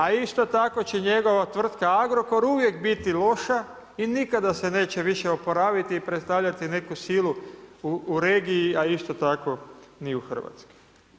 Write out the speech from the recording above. A isto tako će njegova tvrtka Agrokor uvijek biti loša i nikada se neće više oporaviti i predstavljati neku silu u regiji a isto tako ni u Hrvatskoj.